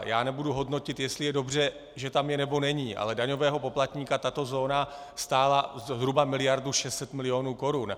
Nebudu hodnotit, jestli je dobře, že tam je, nebo není, ale daňového poplatníka tato zóna stála zhruba miliardu 600 milionů korun.